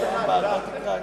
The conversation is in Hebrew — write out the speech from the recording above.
אדוני השר.